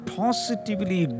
positively